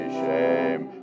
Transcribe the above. shame